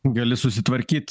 gali susitvarkyt